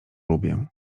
lubię